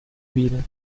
vidas